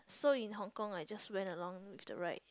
so in Hong-Kong I just went along with the ride